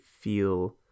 feel